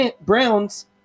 Browns